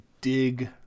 dig